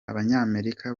abanyamerika